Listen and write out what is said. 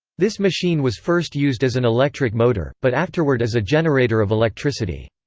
this machine was first used as an electric motor, but afterward as a generator of electricity.